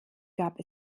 gab